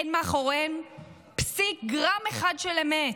אין מאחוריהן פסיק, גרם אחד של אמת.